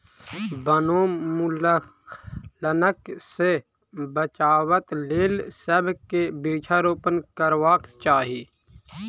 वनोन्मूलनक सॅ बचाबक लेल सभ के वृक्षारोपण करबाक चाही